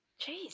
Jeez